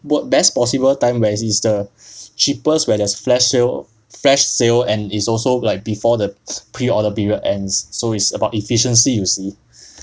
what best possible time when it's the cheapest where there's flash sale flash sale and is also like before the pre-order period ends so it's about efficiency you see